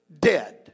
dead